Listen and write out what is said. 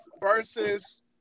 versus